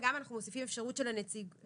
וגם אנחנו מוסיפים אפשרות של הנציבות